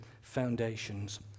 foundations